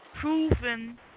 proven